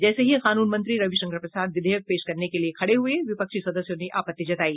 जैसे ही कानून मंत्री रविशंकर प्रसाद विधेयक पेश करने के लिए खड़े हुए विपक्षी सदस्यों ने आपत्ति जताई